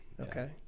Okay